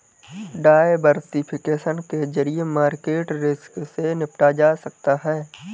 diversification के जरिए market risk से निपटा जा सकता है